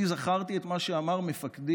אני זכרתי את מה שאמר מפקדי